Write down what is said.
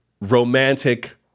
romantic